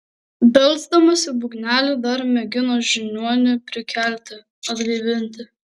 belsdamas į būgnelį dar mėgino žiniuonį prikelti atgaivinti